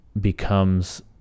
becomes